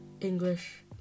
English